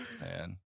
man